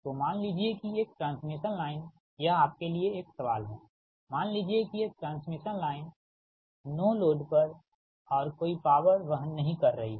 तो मान लीजिए कि एक ट्रांसमिशन लाइन यह आपके लिए एक सवाल है मान लीजिए कि एक ट्रांसमिशन लाइन नो लोड पर और कोई पॉवर वहन नहीं कर रही है